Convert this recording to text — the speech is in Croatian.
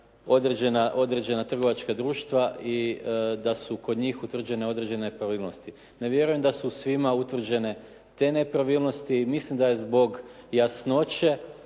određena trgovačka društva i da su kod njih utvrđene određene nepravilnosti. Ne vjerujem da su svima utvrđene te nepravilnosti. Mislim da zbog jasnoće